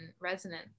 resonance